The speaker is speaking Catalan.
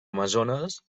amazones